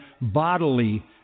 bodily